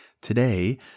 today